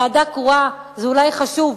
ועדה קרואה זה אולי חשוב,